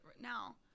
now